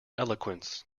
eloquence